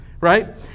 Right